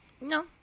No